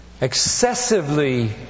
Excessively